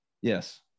Yes